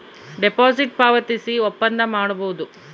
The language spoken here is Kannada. ಡೆಪಾಸಿಟ್ ಪಾವತಿಸಿ ಒಪ್ಪಂದ ಮಾಡಬೋದು